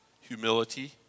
humility